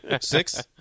Six